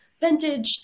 vintage